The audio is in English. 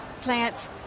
plants